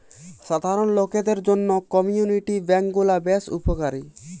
সাধারণ লোকদের জন্য কমিউনিটি বেঙ্ক গুলা বেশ উপকারী